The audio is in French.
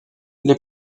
les